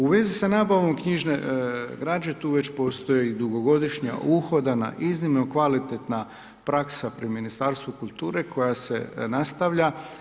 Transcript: U vezi sa nabavom knjižne građe tu već postoji dugogodišnja uhodana, iznimno kvalitetna praksa pri Ministarstvu kulture koja se nastavlja.